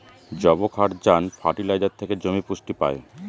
যবক্ষারজান ফার্টিলাইজার থেকে জমি পুষ্টি পায়